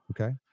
Okay